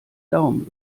daumen